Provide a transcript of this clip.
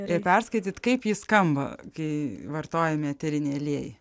ir perskaityt kaip jis skamba kai vartojami eteriniai aliejai